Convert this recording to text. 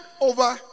over